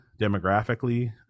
demographically